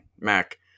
Mac